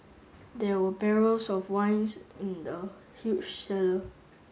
there were barrels of wines in the huge cellar